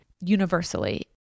universally